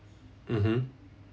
mmhmm